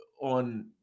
on